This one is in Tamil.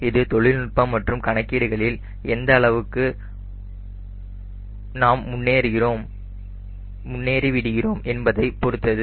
இது தொழில்நுட்பம் மற்றும் கணக்கீடுகளில் எந்த அளவுக்கு முன்னேறி உள்ளோம் என்பதைப் பொருத்தது